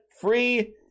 Free